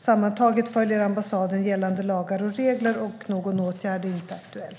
Sammantaget följer ambassaden gällande lagar och regler, och någon åtgärd är inte aktuell.